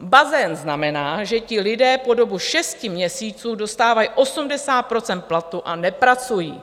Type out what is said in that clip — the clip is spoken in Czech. Bazén znamená, že ti lidé po dobu šesti měsíců dostávají 80 % platu a nepracují.